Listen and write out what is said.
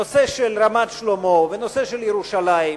הנושא של רמת-שלמה והנושא של ירושלים,